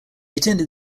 attended